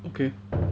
okay